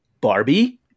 barbie